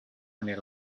many